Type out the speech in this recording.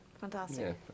fantastic